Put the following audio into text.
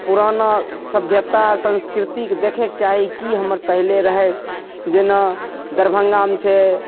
पुराना सभ्यता संसकृतिके देखेके चाही की हमर पहिले रहै जेना दरभंगामे छै